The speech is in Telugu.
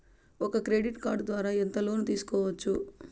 ఒక క్రెడిట్ కార్డు ద్వారా ఎంత లోను తీసుకోవచ్చు?